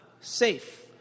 safe